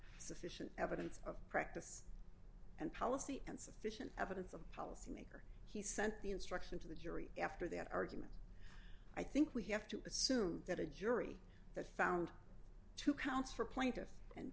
sufficient evidence of practice and policy and sufficient evidence of power he sent the instruction to the jury after that argument i think we have to assume that a jury that found two counts for